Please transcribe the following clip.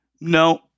No